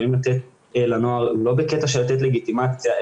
יכולים לתת לנוער לא בקטע של לתת לגיטימציה,